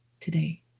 today